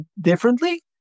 differently